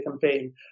campaign